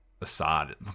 Assad